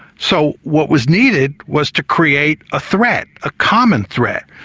so what was needed was to create a threat, a common threat.